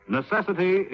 necessity